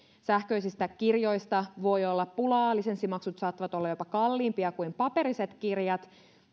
sähköisistä kirjoista voi olla pulaa lisenssimaksut saattavat olla jopa kalliimpia kuin paperiset kirjat